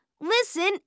listen